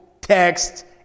text